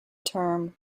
term